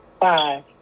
Five